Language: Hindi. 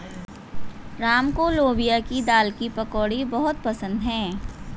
राम को लोबिया की दाल की पकौड़ी बहुत पसंद हैं